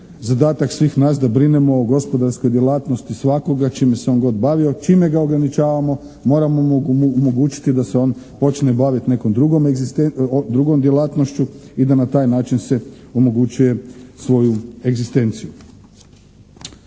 zadatak svih nas da brinemo o gospodarskoj djelatnosti svakoga čime se god on bavio, čime ga ograničavamo, moramo mu omogućiti da se on počne baviti nekom drugom djelatnošću i da na taj način se omogućuje svoju egzistenciju.